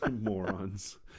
Morons